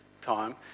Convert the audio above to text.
time